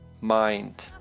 Mind